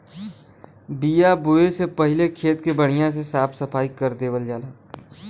बिया बोये से पहिले खेत के बढ़िया से साफ सफाई कर देवल जाला